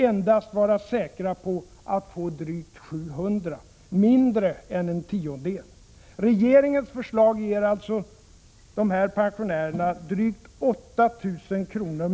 endast vara säkra på att få drygt 700 kr. — mindre än en tiondel. Regeringens förslag ger alltså de här pensionärerna drygt 8 000 kr.